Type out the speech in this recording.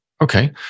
Okay